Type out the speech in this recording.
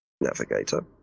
Navigator